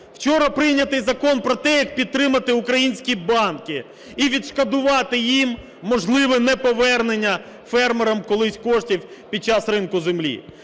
вчора прийнятий закон про те, як підтримати українські банки і відшкодувати їм можливе неповернення фермерам колись коштів під час ринку землі.